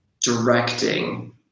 directing